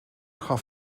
gaf